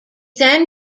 then